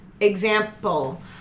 example